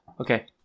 Okay